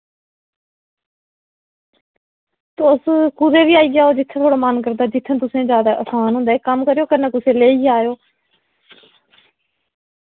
तुस कुतै बी आई जाओ जित्थे थोआढ़ा मन करदा जित्थें तुसेंगी ज्यादा असान होंदा इक कम्म करेओ कन्नै कुसै लेइयै आएओ